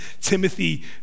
Timothy